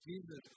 Jesus